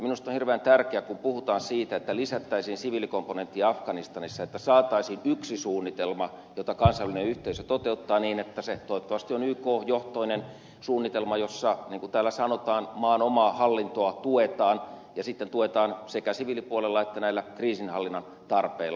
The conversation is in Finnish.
minusta on hirveän tärkeää kun puhutaan siitä että lisättäisiin siviilikomponenttia afganistanissa että saataisiin yksi suunnitelma jota kansainvälinen yhteisö toteuttaa niin että se toivottavasti on yk johtoinen suunnitelma jossa niin kuin täällä sanotaan maan omaa hallintoa tuetaan ja sitten tuetaan sekä siviilipuolella että näillä kriisinhallinnan tarpeilla